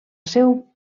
ser